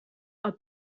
are